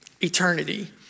eternity